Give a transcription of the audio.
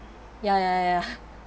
ya ya ya